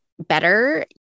better